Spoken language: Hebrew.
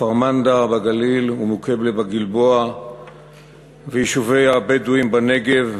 כפר-מנדא בגליל ומוקיבלה בגלבוע וביישובי הבדואים בנגב,